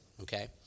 Okay